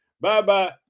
Bye-bye